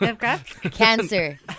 Cancer